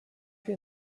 hier